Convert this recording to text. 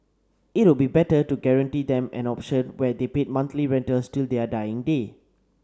it would be better to guarantee them an option where they pay monthly rentals till their dying day